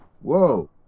Whoa